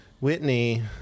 whitney